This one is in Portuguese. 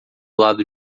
lado